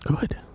Good